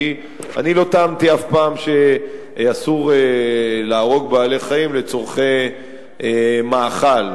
כי אני לא טענתי אף פעם שאסור להרוג בעלי-חיים לצורכי מאכל.